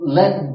let